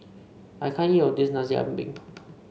I can't eat all of this Nasi Ambeng